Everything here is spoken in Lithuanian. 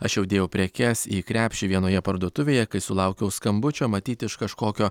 aš jau dėjau prekes į krepšį vienoje parduotuvėje kai sulaukiau skambučio matyt iš kažkokio